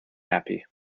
happy